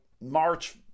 March